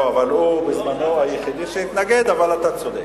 לא, אבל הוא בזמנו היחידי שהתנגד, אבל אתה צודק.